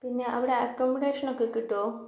പിന്നെ അവിടെ അക്കോമഡേഷൻ ഒക്കെ കിട്ടുമോ